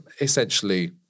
essentially